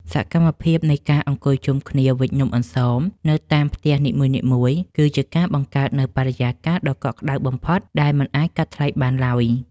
សកម្មភាពនៃការអង្គុយជុំគ្នាវេចនំអន្សមនៅតាមផ្ទះនីមួយៗគឺជាការបង្កើតនូវបរិយាកាសដ៏កក់ក្ដៅបំផុតដែលមិនអាចកាត់ថ្លៃបានឡើយ។